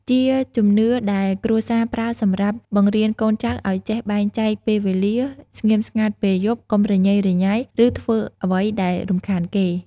ជាជំនឿដែលគ្រួសារប្រើសម្រាប់បង្រៀនកូនចៅឲ្យចេះបែងចែកពេលវេលា ស្ងៀមស្ងាត់ពេលយប់ កុំរញ៉េរញ៉ៃ ឬធ្វើអ្វីដែលរំខានគេ។